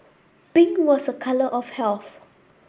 pink was a colour of health